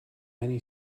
many